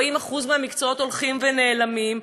40% מהמקצועות הולכים ונעלמים,